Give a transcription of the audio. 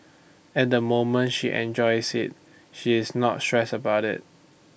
at the moment she enjoys IT she is not stressed about IT